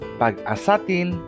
pag-asatin